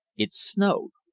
it snowed.